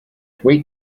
wait